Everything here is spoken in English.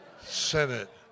Senate